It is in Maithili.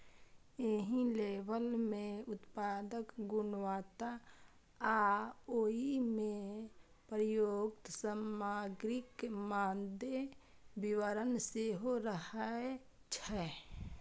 एहि लेबल मे उत्पादक गुणवत्ता आ ओइ मे प्रयुक्त सामग्रीक मादे विवरण सेहो रहै छै